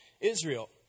Israel